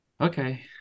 okay